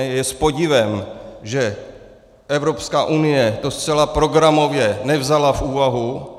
Je s podivem, že Evropská unie to zcela programově nevzala v úvahu.